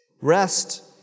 Rest